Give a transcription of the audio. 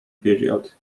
period